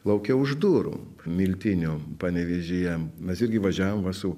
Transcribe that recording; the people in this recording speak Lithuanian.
lauke už durų miltinio panevėžyje mes irgi važiavom va su